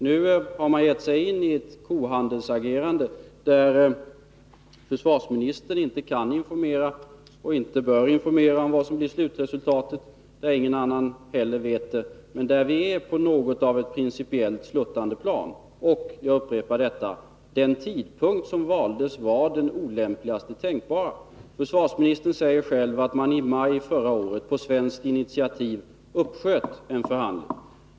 Nu har man gett sig in i ett kohandelsagerande, där försvarsministern inte kan, och inte bör, informera om vad som blir slutresultatet, där ingen annan heller vet det men där vi är på något av ett sluttande plan principiellt. Jag upprepar detta: Den tidpunkt som valdes var den olämpligaste tänkbara. Försvarsministern säger själv att man i maj förra året på svenskt initiativ uppsköt en förhandling.